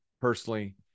personally